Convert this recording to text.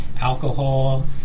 alcohol